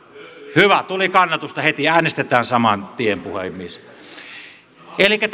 hyvä tuli kannatusta heti äänestetään saman tien puhemies elikkä